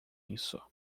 isso